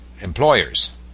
employers